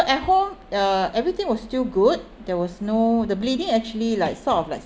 at home uh everything was still good there was no the bleeding actually like sort of like